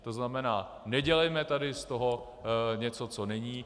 To znamená, nedělejme tady z toho něco, co není.